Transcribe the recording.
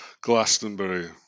Glastonbury